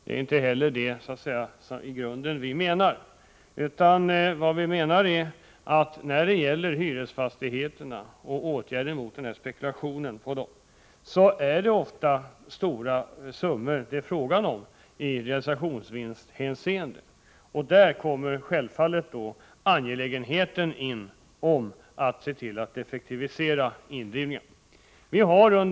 Det är inte heller det vi i grunden menar, utan vi menar att det ofta är fråga om stora summor i realisationsvinsthänseende när det gäller hyresfastigheterna och att det självfallet är där angelägenheten att effektivisera indrivningen kommer in.